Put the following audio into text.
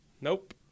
Nope